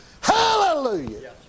Hallelujah